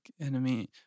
enemy